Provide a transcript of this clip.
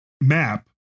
map